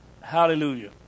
hallelujah